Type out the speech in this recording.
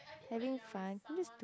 having fun